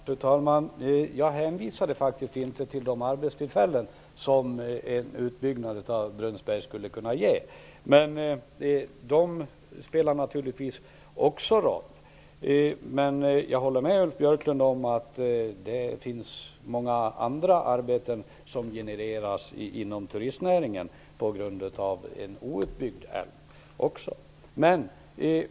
Fru talman! Jag hänvisade faktiskt inte till de arbetstillfällen som en utbyggnad av Brunnsberg skulle kunna ge, även om de naturligtvis också spelar en roll. Men jag håller med Ulf Björklund om att en outbyggd älv också genererar många andra arbeten inom turistnäringen.